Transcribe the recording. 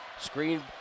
screen